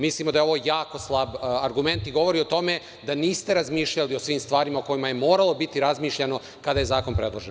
Mislimo da je ovo jako slab argument i govori o tome da niste razmišljali o svim stvarima o kojima je moralo biti razmišljano kada je zakon predložen.